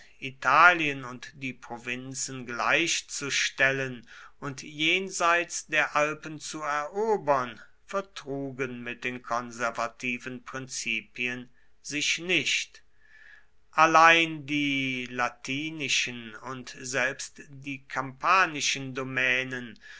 italien und die provinzen gleichzustellen und jenseits der alpen zu erobern vertrugen mit den konservativen prinzipien sich nicht allein die launischen und selbst die kampanischen domänen